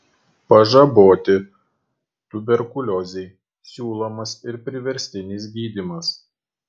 pažaboti tuberkuliozei siūlomas ir priverstinis gydymas